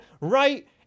right